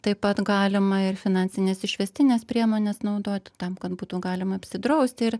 taip pat galima ir finansines išvestines priemones naudoti tam kad būtų galima apsidrausti ir